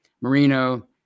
Marino